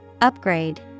Upgrade